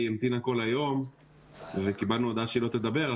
היא המתינה כל היום וקיבלנו הודעה שהיא לא תדבר,